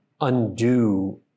undo